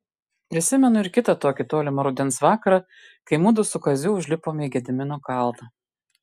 prisimenu ir kitą tokį tolimą rudens vakarą kai mudu su kaziu užlipome į gedimino kalną